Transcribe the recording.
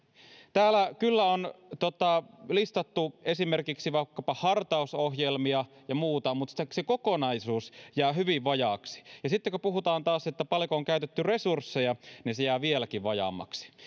täällä on kyllä listattu esimerkiksi vaikkapa hartausohjelmia ja muuta mutta se kokonaisuus jää hyvin vajaaksi sitten kun taas puhutaan siitä paljonko on käytetty resursseja niin se jää vieläkin vajaammaksi